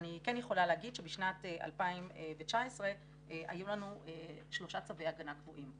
אני כן יכולה לומר שבשנת 2019 היו לנו שלושה צווי הגנה קבועים.